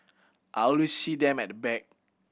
I always see them at the back